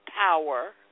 power